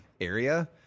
area